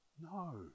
No